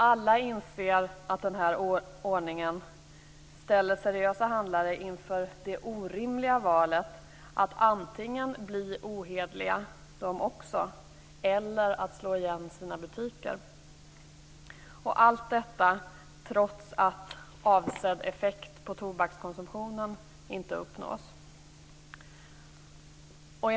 Alla inser att den här ordningen ställer seriösa handlare inför det orimliga valet antingen att också bli ohederliga eller att slå igen sina butiker - och allt detta trots att avsedd effekt på tobakskonsumtionen inte uppnåtts.